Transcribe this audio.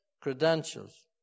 credentials